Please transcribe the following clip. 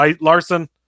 Larson